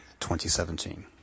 2017